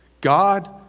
God